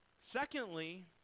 Secondly